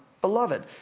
beloved